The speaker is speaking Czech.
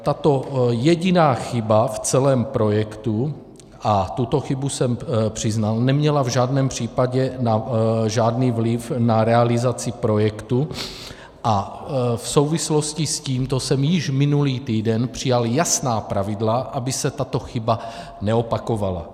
Tato jediná chyba v celém projektu, a tuto chybu jsem přiznal, neměla v žádném případě žádný vliv na realizaci projektu a v souvislosti s tímto jsem již minulý týden přijal jasná pravidla, aby se tato chyba neopakovala.